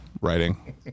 writing